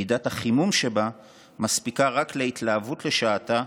מידת החימום שבה מספיקה רק להתלהבות לשעתה,